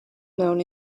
known